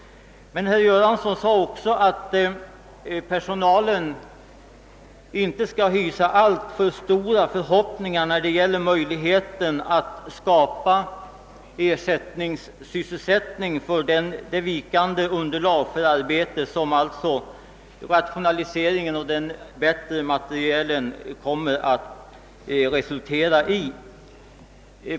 Herr Göransson sade också att personalen inte bör hysa alltför stora förhoppningar beträffande möjligheterna att skapa ersättningssysselsättning för det vikande underlag för arbete som rationaliseringen och den bättre materielen kommer att resultera i.